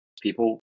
People